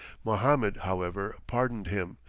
mohammed, however, pardoned him,